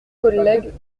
collègues